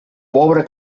pobre